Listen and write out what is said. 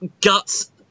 guts